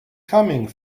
coming